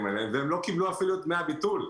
להם והם לא קיבלו אפילו את דמי הביטול.